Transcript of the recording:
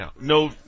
no